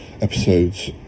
episodes